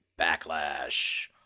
backlash